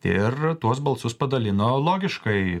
ir tuos balsus padalino logiškai